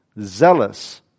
zealous